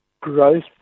growth